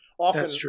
Often